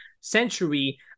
century